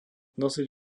nosič